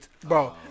bro